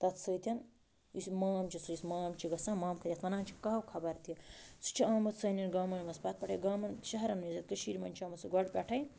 تَتھ سۭتۍ یُس یہِ سُہ یُس مام چھِ گژھان یَتھ وَنان چھِ کَہٕوٕ خبر تہِ سُہ چھِ آمُت سایٚن گامَن منٛز پَتہٕ پٮ۪ٹھٕے گامَن شہرَن منٛز یَتھ کٔشیٖرِ منٛز چھِ آمُت سُہ گۄڈٕپٮ۪ٹھٕے